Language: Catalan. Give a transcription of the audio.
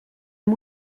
amb